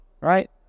right